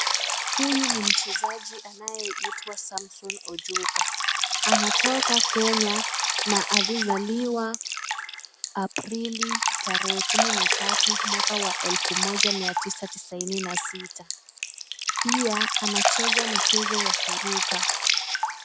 Huyu ni mchezaji anayeitwa Samson Ojuka. Anatoka Kenya na alizaliwa Aprili tarehe kumi na tatu mwaka wa elfu moja mia tisa tisaini na sita. Pia anacheza mchezo wa kuruka.